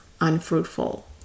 unfruitful